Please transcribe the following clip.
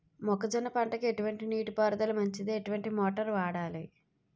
మొక్కజొన్న పంటకు ఎటువంటి నీటి పారుదల మంచిది? ఎటువంటి మోటార్ వాడాలి?